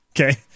Okay